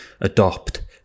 adopt